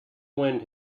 wind